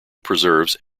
preserves